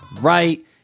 right